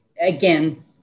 Again